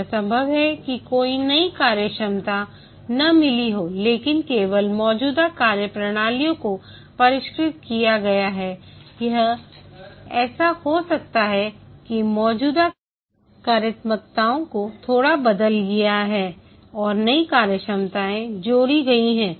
यह संभव है कि कोई नई कार्यक्षमता न मिली हो लेकिन केवल मौजूदा कार्यप्रणालियों को परिष्कृत किया गया है या ऐसा हो सकता है कि मौजूदा कार्यात्मकताओं को थोड़ा बदल दिया गया है और नई कार्यक्षमताएं जोड़ी गई हैं